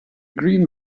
green